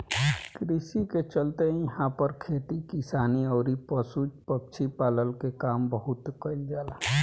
कृषि के चलते इहां पर खेती किसानी अउरी पशु पक्षी पालन के काम बहुत कईल जाला